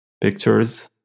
pictures